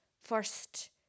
first